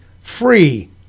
Free